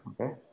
Okay